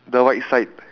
the right side